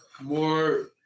more